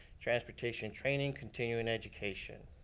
transportation training, continuing education.